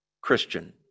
Christian